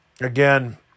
again